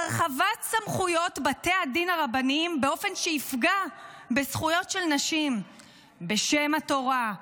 הרחבת סמכויות בתי הדין הרבניים באופן שיפגע בזכויות של נשים בשם התורה,